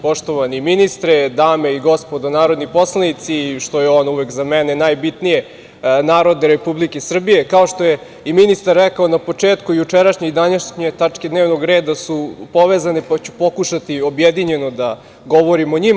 Poštovani ministre, dame i gospodo narodni poslanici, što je za mene uvek najbitnije, narode Republike Srbije, kao što je i ministar rekao na početku, jučerašnje i današnje tačke dnevnog reda su povezane, pa ću pokušati objedinjeno da govorim o njima.